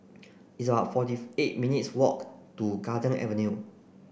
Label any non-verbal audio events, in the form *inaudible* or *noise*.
it's about forty *unintelligible* eight minutes' walk to Garden Avenue